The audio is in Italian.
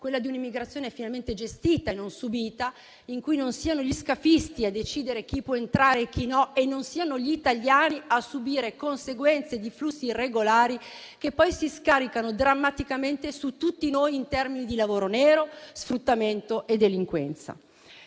quella di un'immigrazione finalmente gestita e non subita, in cui non siano gli scafisti a decidere chi può entrare e chi no e non siano gli italiani a subire le conseguenze di flussi irregolari che poi si scaricano drammaticamente su tutti noi in termini di lavoro nero, sfruttamento e delinquenza.